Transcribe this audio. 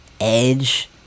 edge